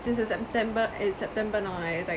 since it's september eh september now right it's like